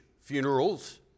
funerals